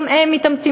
גם הם מתאמצים,